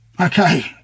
Okay